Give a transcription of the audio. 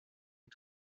est